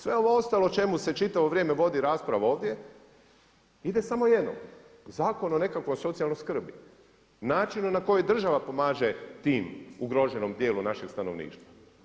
Sve ovo ostalo o čemu se čitavo vrijeme vodi rasprava ovdje ide samo jednom, zakon o nekakvoj socijalnoj skrbi, način na koji država pomaže tim ugroženom dijelu našeg stanovništva.